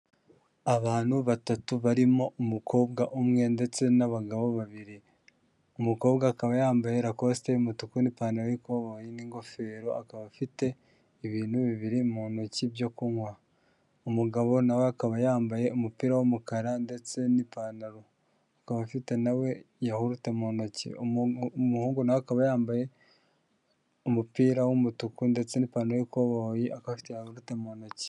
Abantu batatu barimo umukobwa umwe ndetse n'abagabo babiri, umukobwa akaba yambaye rakosite y'umutuku n'ipantaro y'ico n'ingofero akaba afite ibintu bibiri mu ntoki byo kunywa, umugabo nawe akaba yambaye umupira w'umukara ndetse n'ipantaro akaba afite nawe yahurutse mu ntoki umuhungu nawe akaba yambaye umupira w'umutuku ndetse n'ipantaro y'ikoboyita akaba afite na yawurute mu ntoki.